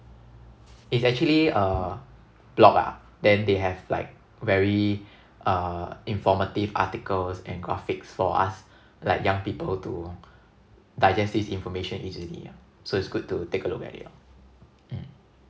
it's actually a blog ah then they have like very uh informative articles and graphics for us like young people to digest these information easily ah so it's good to take a look at it oh mm